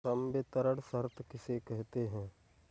संवितरण शर्त किसे कहते हैं?